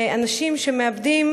ואנשים שמאבדים